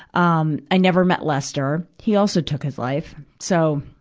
um i never met lester he also took his life. so